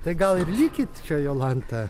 tai gal ir likit čia jolanta